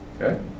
Okay